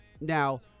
Now